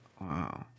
Wow